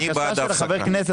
הבקשה של חבר הכנסת,